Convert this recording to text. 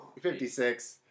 56